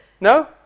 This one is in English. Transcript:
No